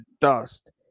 dust